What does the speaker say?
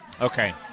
Okay